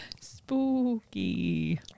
Spooky